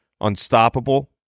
unstoppable